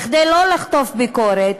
כדי לא לחטוף ביקורת,